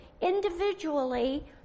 individually